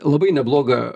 labai neblogą